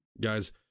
guys